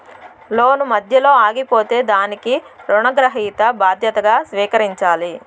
లోను మధ్యలో ఆగిపోతే దానికి రుణగ్రహీత బాధ్యతగా స్వీకరించాలి